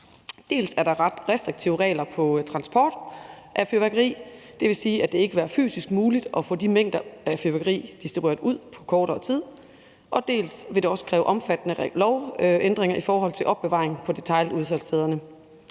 er der ret restriktive regler for transport af fyrværkeri. Det vil sige, at det ikke vil være fysisk muligt at få de mængder af fyrværkeri distribueret ud på kortere tid. For det andet vil det også kræve omfattende lovændringer i forhold til opbevaring på detailudsalgsstederne.